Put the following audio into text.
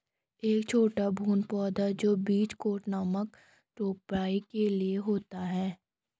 एक छोटा भ्रूण पौधा जो बीज कोट नामक रोपाई के लिए होता है